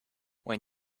when